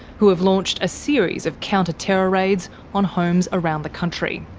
who have launched a series of counter terror raids on homes around the country.